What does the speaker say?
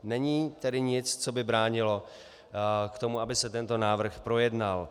Není tedy nic, co by bránilo tomu, aby se tento návrh projednal.